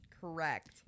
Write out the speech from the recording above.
Correct